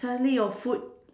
suddenly your food